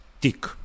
tick